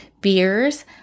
beers